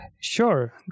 Sure